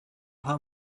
how